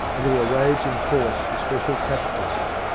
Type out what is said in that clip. and there were raids in force for special captures.